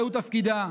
זהו תפקידה.